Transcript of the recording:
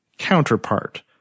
counterpart